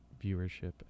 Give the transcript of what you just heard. viewership